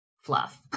fluff